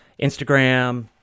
Instagram